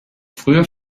früher